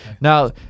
Now